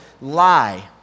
lie